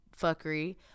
fuckery